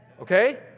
Okay